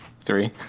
Three